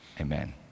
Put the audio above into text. amen